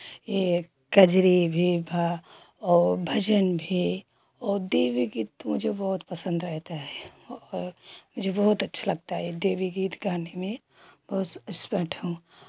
ये कजरी भी भा और भजन भी और देवी गीत तो मुझे बहुत पसंद रहता है और मुझे बहुत अच्छा लगता है ये देवी गीत गाने में बहुत एस्पर्ट हूँ